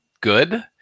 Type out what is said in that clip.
good